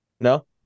No